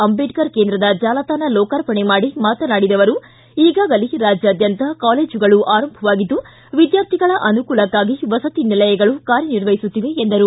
ಅಂಬೇಡ್ಕರ್ ಕೇಂದ್ರದ ಜಾಲತಾಣ ಲೋಕಾರ್ಪಣೆ ಮಾಡಿ ಮಾತನಾಡಿದ ಅವರು ಈಗಾಗಲೇ ರಾಜ್ಯಾದ್ಯಂತ ಕಾಲೇಜುಗಳು ಆರಂಭವಾಗಿದ್ದು ವಿದ್ಯಾರ್ಥಿಗಳ ಅನುಕೂಲಕ್ಕಾಗಿ ವಸತಿ ನಿಲಯಗಳು ಕಾರ್ಯನಿರ್ವಹಿಸುತ್ತಿವೆ ಎಂದರು